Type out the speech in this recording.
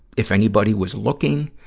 if anybody was looking,